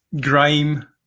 grime